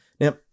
Now